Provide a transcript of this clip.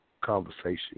conversation